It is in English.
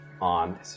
on